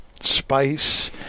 spice